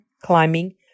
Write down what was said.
climbing